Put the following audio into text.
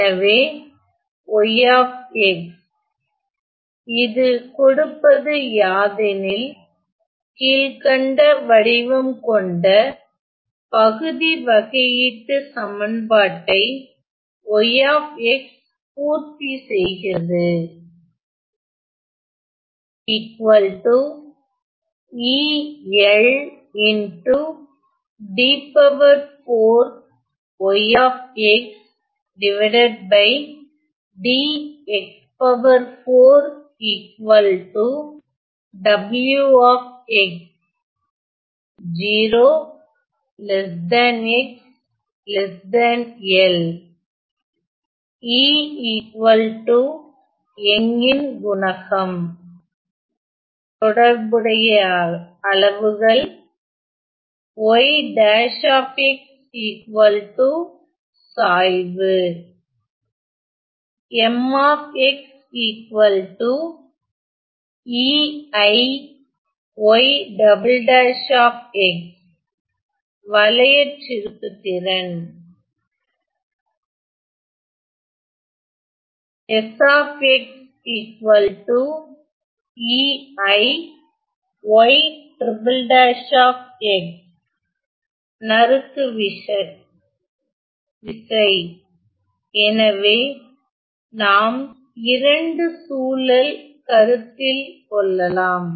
எனவே y இது கொடுப்பது யாதெனில் கீழ்க்கண்ட வடிவம் கொண்ட பகுதி வகையீட்டுச் சமன்பாட்டை y பூர்த்தி செய்கிறது E யங்கின் குணகம் Young's modulus தொடர்புடைய அளவுகள் y' சாய்வு M EIy" வளையற்றிருப்புதிறன் S EIy"' நறுக்கு விசை எனவே நாம் 2 சூழல் கருத்தில் கொள்ளலாம்